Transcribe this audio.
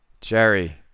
Jerry